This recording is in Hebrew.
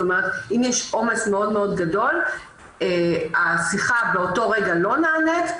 זאת אומרת אם יש עומס מאוד מאוד גדול השיחה באותו רגע לא נענית,